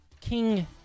King